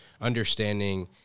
understanding